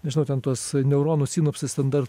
nežinau ten tuos neuronų sinopsės ten dar